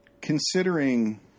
Considering